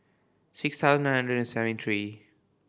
six thousand nine hundred seventy three